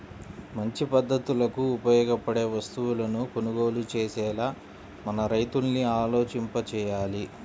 మంచి పద్ధతులకు ఉపయోగపడే వస్తువులను కొనుగోలు చేసేలా మన రైతుల్ని ఆలోచింపచెయ్యాలి